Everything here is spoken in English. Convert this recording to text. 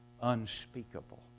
unspeakable